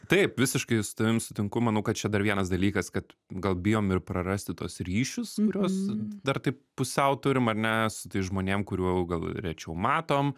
taip visiškai su tavim sutinku manau kad čia dar vienas dalykas kad gal bijom ir prarasti tuos ryšius kuriuos dar taip pusiau turim ar ne su tais žmonėm kurių gal rečiau matom